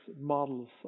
models